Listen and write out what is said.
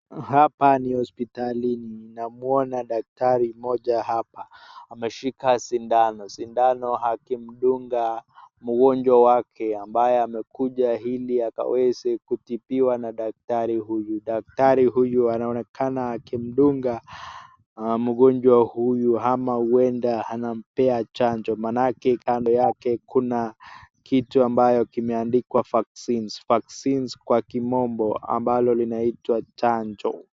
Hapa ni hospitali namwuona daktari moja hapa ameshika shindano, shindano akimdunga mgonjw wake ambaye amekuja ili akaweze kutibiwa na dakitari huyu. Daktari huyu anaonekana akimdunga mgonjwa huyu ama huenda anampea chango maanake kando yake kuna kitu ambayo kimeandikwa vaccine[sc] kwa kimombo ambalo linaitwa chanjo.